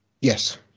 Yes